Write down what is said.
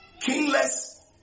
kingless